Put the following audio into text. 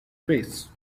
face